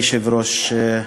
כבוד היושב-ראש,